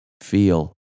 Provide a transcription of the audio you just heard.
feel